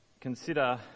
consider